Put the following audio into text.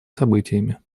событиями